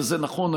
וזה נכון,